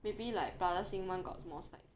maybe like plaza singapura [one] got more sides